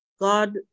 God